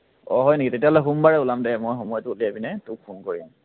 অঁ হয় নেকি তেতিয়াহ'লে সোমবাৰে ওলাম দে মই সময়টো উলিয়াই পিনে তোক ফোন কৰিম